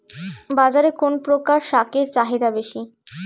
বাজারে কোন প্রকার শাকের চাহিদা বেশী?